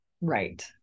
right